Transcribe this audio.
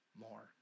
more